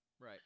Right